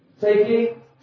taking